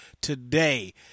today